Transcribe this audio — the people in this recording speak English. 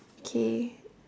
okay